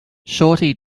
shorty